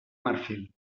marfil